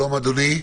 שלום אדוני.